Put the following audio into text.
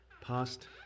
past